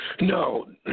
No